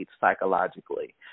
psychologically